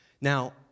Now